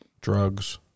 drugs